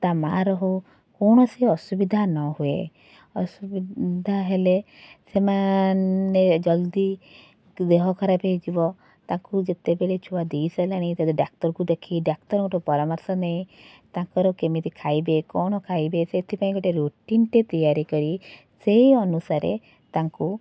ତା ମାଆର ହଉ କୌଣସି ଅସୁବିଧା ନହୁଏ ଅସୁବିଧା ହେଲେ ସେମାନେ ଜଲଦି ଦେହ ଖରାପ ହେଇଯିବ ତାକୁ ଯେତେବେଳେ ଛୁଆ ଦେଇସାଇଲାଣି ତା ଡାକ୍ତରଙ୍କୁ ଦେଖେଇ ଡାକ୍ତରଙ୍କ ଠୁ ପରାମର୍ଶ ନେଇ ତାଙ୍କର କେମିତି ଖାଇବେ କ'ଣ ଖାଇବେ ସେଥିପାଇଁ ଗୋଟେ ରୁଟିନଟେ ତିଆରି କରି ସେଇ ଅନୁସାରେ ତାଙ୍କୁ